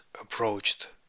approached